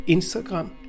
Instagram